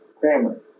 grammar